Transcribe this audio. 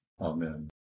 Amen